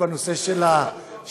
בנושא של השירה,